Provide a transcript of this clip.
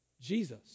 Jesus